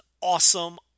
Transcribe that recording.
awesome